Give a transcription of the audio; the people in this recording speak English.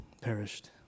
Perished